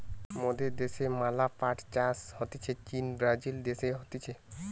মোদের দ্যাশে ম্যালা পাট চাষ হতিছে চীন, ব্রাজিল দেশে হতিছে